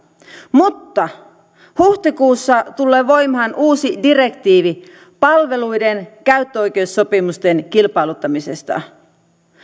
mutta huhtikuussa tulee voimaan uusi direktiivi palveluiden käyttöoikeussopimusten kilpailuttamisesta ja